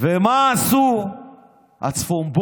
ומה עשו הצפונבונים,